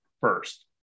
first